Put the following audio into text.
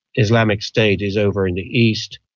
islamic state is over in the east,